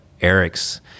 Eric's